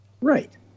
Right